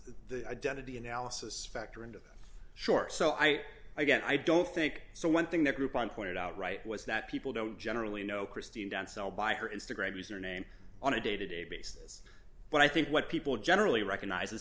the identity analysis factor into shore so i again i don't think so one thing the group on pointed out right was that people don't generally know christine dance all by her instagram username on a day to day basis but i think what people generally recognizes